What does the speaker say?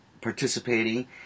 participating